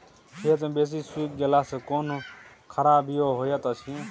खेत मे बेसी सुइख गेला सॅ कोनो खराबीयो होयत अछि?